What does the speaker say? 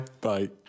Bye